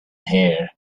hair